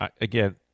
again –